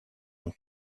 ont